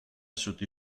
sotto